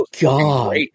God